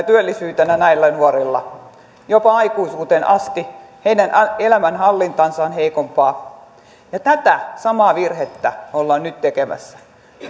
työllisyytenä näillä nuorilla jopa aikuisuuteen asti heidän elämänhallintansa on heikompaa tätä samaa virhettä ollaan nyt tekemässä